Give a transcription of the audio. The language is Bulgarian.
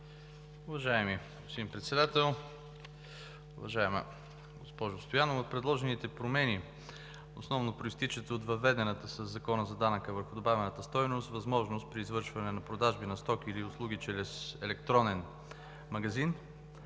Уважаеми господин Председател, уважаема госпожо Стоянова! Предложените промени основно произтичат от въведената със Закона за данък върху добавената стойност възможност при извършване на продажби на стоки или услуги чрез електронен магазин